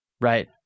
Right